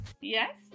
Yes